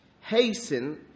hasten